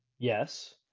Yes